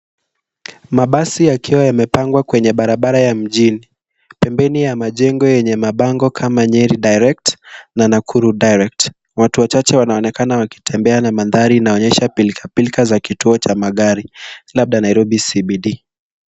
Mabasi yakiwa yamepangwa kwenye barabara ya mjini, pembeni ya majengo yenye mabango kama nyeri direct na nakuru direct . Watu wachache wanaonekana wakitembea na mandhari inaonyesha pilka pilka za kituo cha magari labda nairobi cbd .